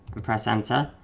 and press enter,